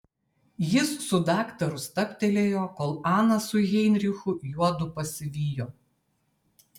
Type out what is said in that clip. jis su daktaru stabtelėjo kol ana su heinrichu juodu pasivijo